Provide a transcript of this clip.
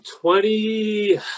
twenty